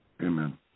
Amen